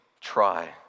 try